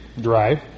drive